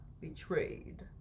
Betrayed